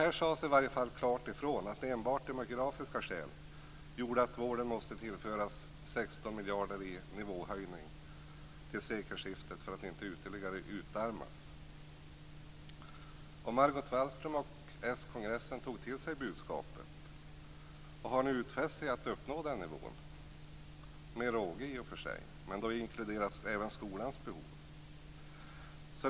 Här sades i varje fall klart ifrån att enbart demografiska skäl gjorde att vården måste tillföras 16 miljarder kronor i nivåhöjning till sekelskiftet för att inte ytterligare utarmas. Margot Wallström och skongressen tog till sig budskapet och har nu utfäst sig att uppnå den nivån - i och för sig med råge, men då inkluderas också skolans behov.